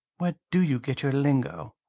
where do you get your lingo?